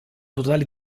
totale